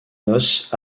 noces